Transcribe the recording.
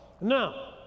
Now